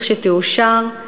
לכשתאושר,